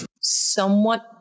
somewhat